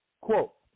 quote